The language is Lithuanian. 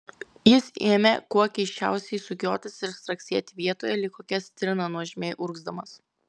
jis ėmė kuo keisčiausiai sukiotis ir straksėti vietoje lyg kokia stirna nuožmiai urgzdamas